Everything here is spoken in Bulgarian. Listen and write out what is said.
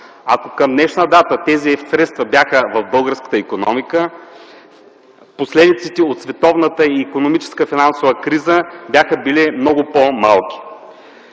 Ако към днешна дата тези средства бяха в българската икономика, последиците от световната икономическа и финансова криза биха били много по-малки.